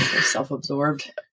Self-absorbed